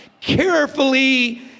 carefully